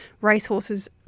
racehorses